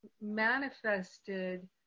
manifested